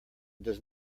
does